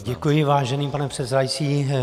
Děkuji, vážený pane předsedající.